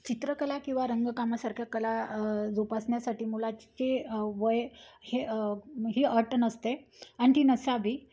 चित्रकला किंवा रंगकामासारख्या कला जोपासण्यासाठी मुलाचे वय हे ही अट नसते आणि ती नसावी